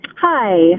Hi